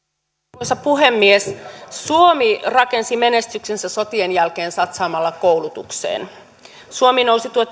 arvoisa puhemies suomi rakensi menestyksensä sotien jälkeen satsaamalla koulutukseen suomi nousi